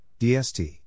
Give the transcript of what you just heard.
DST